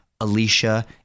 Alicia